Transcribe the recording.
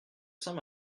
saint